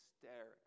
hysterics